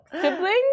Siblings